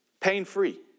Pain-free